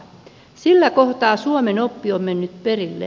sillä kohtaa suomen oppi on mennyt perille